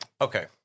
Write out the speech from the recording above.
Okay